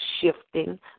shifting